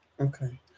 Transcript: okay